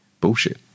bullshit